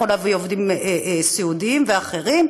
יכול להביא עובדים סיעודיים ואחרים.